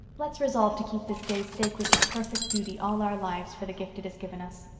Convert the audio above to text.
let's resolve to keep this day sacred to perfect beauty all our lives for the gift it has given us.